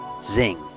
Zing